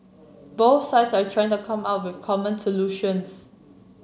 both sides are trying to come up with common solutions